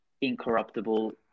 incorruptible